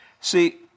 see